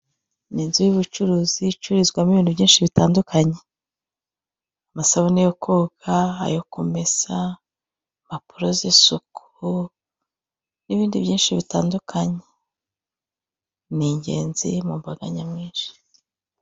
Ni inzu y'ubicuruzi icururizwamo ibintu byinshi bitandukanye: Amasabune yo koga, ayo kumesa, impapuro z'isuku n'ibindi byinshi bitandukanye. Ni ingenzi mu mbaga nyamwinshi.